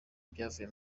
ibyavuye